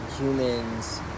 humans